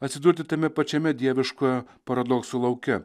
atsidurti tame pačiame dieviškojo paradokso lauke